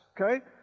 okay